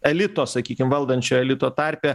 elito sakykim valdančio elito tarpe